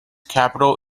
capital